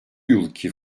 yılki